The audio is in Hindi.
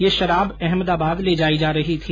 यह शराब अहमदाबाद ले जाई जा रही थी